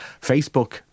Facebook